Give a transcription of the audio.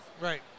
Right